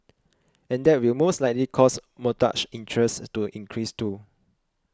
and that will most likely cause mortgage interest to increase too